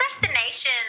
destination